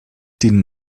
den